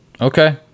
okay